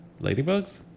Ladybugs